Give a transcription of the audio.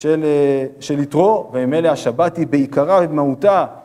של יתרו, ועם אלה השבת היא בעיקרה ובמהותה.